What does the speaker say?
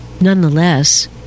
Nonetheless